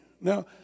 Now